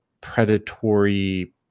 predatory